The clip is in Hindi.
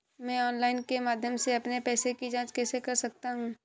मैं ऑनलाइन के माध्यम से अपने पैसे की जाँच कैसे कर सकता हूँ?